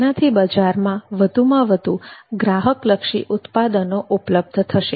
જેનાથી બજારમાં વધુમાં વધુ ગ્રાહકલક્ષી ઉત્પાદનો ઉપલબ્ધ થશે